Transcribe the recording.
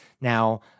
Now